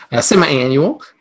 semi-annual